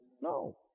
No